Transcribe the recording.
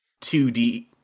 2D